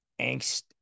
angst